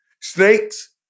Snakes